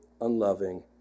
unloving